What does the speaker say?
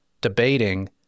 debating